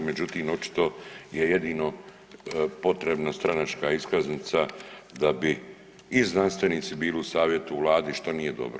Međutim očito je jedino potrebna stranačka iskaznica da bi i znanstvenici bili u savjetu Vladi što nije dobro.